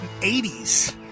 80s